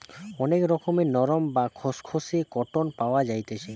অনেক রকমের নরম, বা খসখসে কটন পাওয়া যাইতেছি